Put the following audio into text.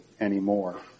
anymore